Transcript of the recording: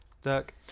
Dirk